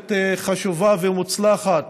מבורכת חשובה ומוצלחת